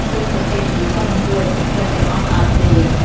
ជនប្រភេទនេះ ក៏មិនគួរឲ្យទុកចិត្តទាំងអស់បានទេ ។